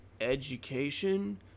education